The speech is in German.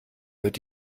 wird